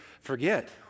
forget